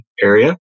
area